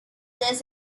this